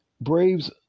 Braves